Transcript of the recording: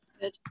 Good